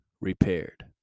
repaired